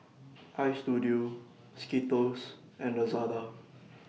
Istudio Skittles and Lazada